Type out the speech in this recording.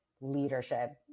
leadership